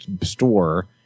store